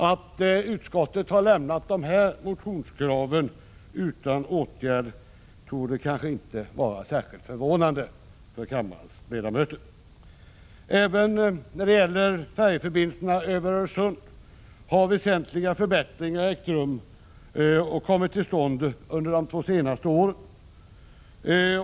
Att utskottet har lämnat de här motionskraven utan åtgärd torde kanske inte vara särskilt förvånande för kammarens ledamöter. Även när det gäller färjeförbindelserna över Öresund har väsentliga förbättringar kommit till stånd under de två senaste åren.